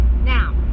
now